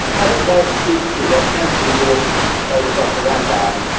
but that is true, that has been gordon's modus operandi.